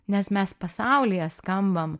nes mes pasaulyje skambam